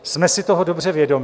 Jsme si toho dobře vědomi.